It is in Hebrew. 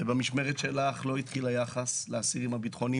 ובמשמרת שלך לא התחיל היחס לאסירים הביטחוניים,